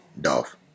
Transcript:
Dolph